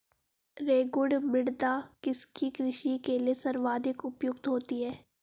रेगुड़ मृदा किसकी कृषि के लिए सर्वाधिक उपयुक्त होती है?